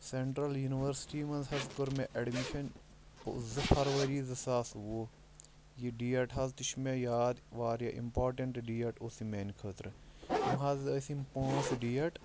central university منٛز حظ کوٚر مےٚ ایڈمِشن زٕ فرؤری زٕ ساس وُہ یہِ ڈیٹ حظ تہِ چھُ مےٚ یاد واریاہ اِمپاٹنٹ ڈیٹ اوس یہِ میٛانہِ خٲطرٕ یِم حظ ٲسۍ یِم پانٛژھ ڈیٹ